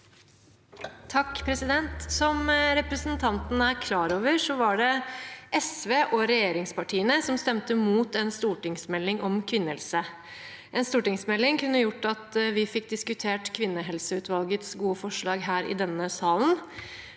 (H) Som representanten er klar over, var det SV og regjeringspartiene som stemte mot en stortingsmelding om kvinnehelse. En stortingsmelding kunne gjort at vi fikk diskutert kvinnehelseutvalgets gode forslag her i denne salen.